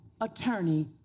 attorney